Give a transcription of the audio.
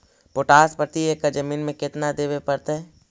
Potash प्रति एकड़ जमीन में केतना देबे पड़तै?